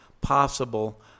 possible